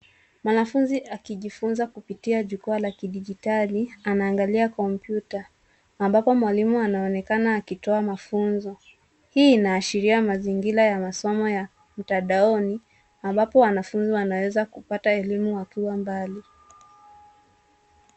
Mwanafunzi akijifunza kupitia jukwaa la kidijitali anaangalia kompyuta ambapo mwalimu anaonekana akitoa mafunzo. Hii inaashiria mazingira ya masomo ya mtandaoni ambapo wanafunzi wanaweza kupata elimu wakiwa mbali.